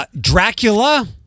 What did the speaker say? Dracula